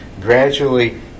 gradually